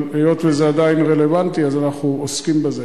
אבל היות שזה עדיין רלוונטי, אנחנו עוסקים בזה.